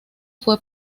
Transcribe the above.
fue